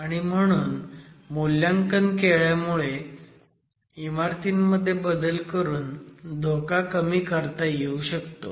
आणि म्हणून मूल्यांकन केल्यामुळे इमारतींमध्ये बदल करून धोका कमी करता येऊ शकतो